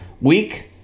week